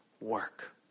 work